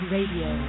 Radio